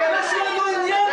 יש לנו עניין